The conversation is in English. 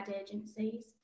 agencies